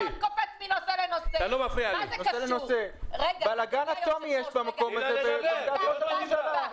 יש בלגן אטומי במקום הזה,